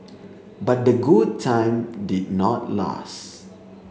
but the good time did not last